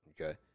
Okay